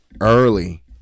early